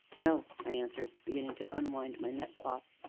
no, i answered, beginning to unwind my neckcloth.